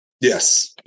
Yes